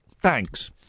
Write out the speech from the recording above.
Thanks